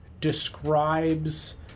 describes